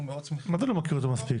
מה זה לא מכיר אותו מספיק?